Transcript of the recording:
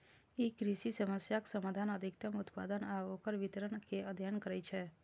ई कृषि समस्याक समाधान, अधिकतम उत्पादन आ ओकर वितरण के अध्ययन करै छै